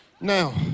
now